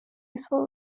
useful